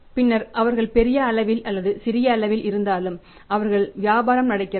பின்னர் அவர்கள் பெரிய அளவில் அல்லது சிறிய அளவில் இருந்தாலும் அவர்கள் வியாபாரம் நடக்கிறது